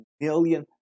million